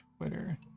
Twitter